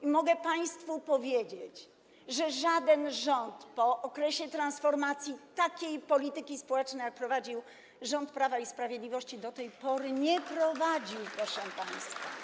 I mogę państwu powiedzieć, że żaden rząd po okresie transformacji takiej polityki społecznej, jaką prowadzi rząd Prawa i Sprawiedliwości, do tej pory nie prowadził, proszę państwa.